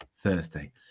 Thursday